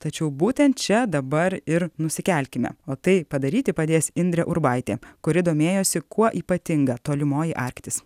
tačiau būtent čia dabar ir nusikelkime tai padaryti padės indrė urbaitė kuri domėjosi kuo ypatinga tolimoji arktis